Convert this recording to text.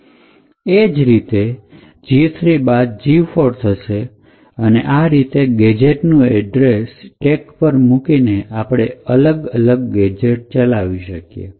એ જ રીતે G ૩ બાદ G ૪ થશે અને આ રીતે ગેજેટ નું એડ્રેસ સ્ટેક પર મૂકીને આપણે અલગ અલગ ગેજેટ ચલાવી શકીએ